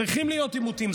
צריכים להיות עימותים.